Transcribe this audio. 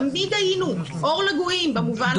תמיד היינו אור לגויים במובן הטוב.